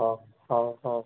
ହଁ ହଁ ହଁ